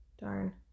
Darn